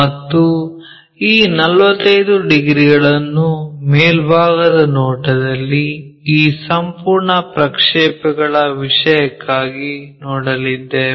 ಮತ್ತು ಈ 45 ಡಿಗ್ರಿಗಳನ್ನು ಮೇಲ್ಭಾಗದ ನೋಟದಲ್ಲಿ ಈ ಸಂಪೂರ್ಣ ಪ್ರಕ್ಷೇಪಗಳ ವಿಷಯಕ್ಕಾಗಿ ನೋಡಲಿದ್ದೇವೆ